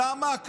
למה?